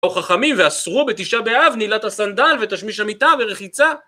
‫באו חכמים ואסרו בתשעה באב ‫נעילת הסנדל ותשמיש המיטה ורחיצה.